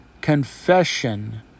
confession